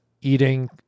eating